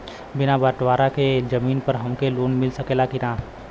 बिना बटवारा के जमीन पर हमके लोन मिल सकेला की ना?